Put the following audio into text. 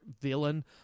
villain